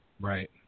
Right